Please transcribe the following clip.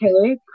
okay